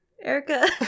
Erica